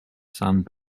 sand